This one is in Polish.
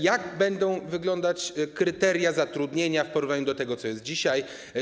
Jak będą wyglądać kryteria zatrudnienia w porównaniu z tym, co jest dzisiaj?